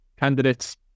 candidates